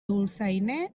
dolçainer